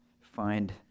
find